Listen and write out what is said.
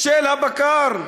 של הבקר,